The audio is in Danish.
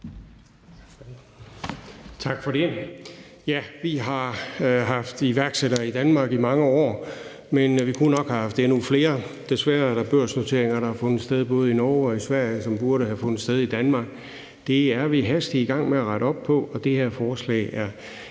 Tak for det. Vi har haft iværksættere i Danmark i mange år, men vi kunne nok have haft endnu flere. Desværre har der fundet børsnoteringer sted både i Norge og Sverige, som burde have fundet sted i Danmark. Det er vi hastigt i gang med at rette op på, og det her forslag